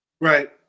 Right